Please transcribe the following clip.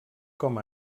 com